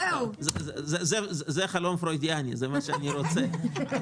זה מה שאני רוצה,